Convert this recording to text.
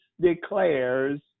declares